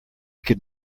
could